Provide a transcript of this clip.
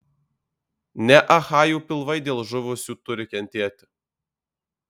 ne achajų pilvai dėl žuvusių turi kentėti